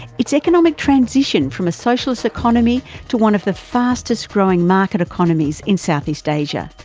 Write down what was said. its economic transition from a socialist economy to one of the fastest growing market economies in southeast asia,